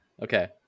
Okay